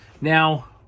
Now